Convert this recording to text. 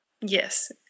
yes